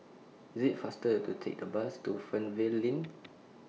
IT IS faster to Take The Bus to Fernvale LINK